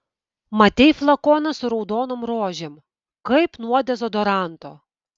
matei flakoną su raudonom rožėm kaip nuo dezodoranto